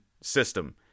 system